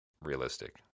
realistic